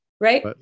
right